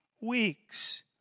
weeks